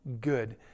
good